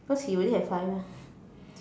cause he already have fire